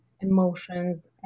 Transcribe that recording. emotions